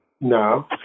no